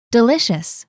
Delicious